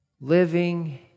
Living